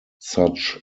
such